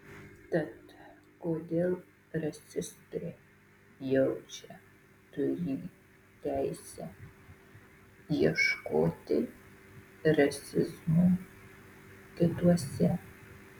tad kodėl rasistai jaučia turį teisę ieškoti rasizmo kituose